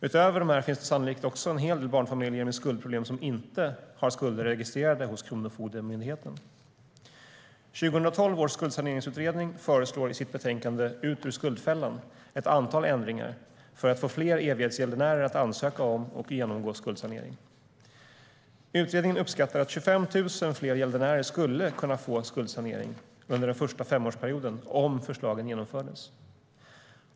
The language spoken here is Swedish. Utöver dessa finns sannolikt en hel del barnfamiljer med skuldproblem som inte har skulder registrerade hos Kronofogdemyndigheten. ett antal ändringar för att få fler evighetsgäldenärer att ansöka om och genomgå skuldsanering. Utredningen uppskattar att 25 000 fler gäldenärer skulle kunna få skuldsanering under den första femårsperioden om förslagen genomförs.